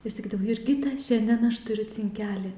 jis sakydavo jurgita šiandien aš turiu cinkelį